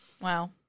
Wow